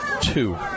two